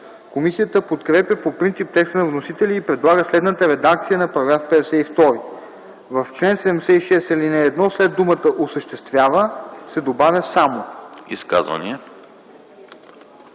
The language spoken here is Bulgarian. Комисията подкрепя по принцип текста на вносителя и предлага следната редакция на § 52: „§ 52. В чл. 76, ал. 1 след думата „осъществява” се добавя „само”.”